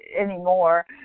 anymore